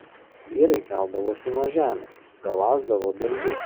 vyrai keldavosi nuo žemės galąsdavo dalgius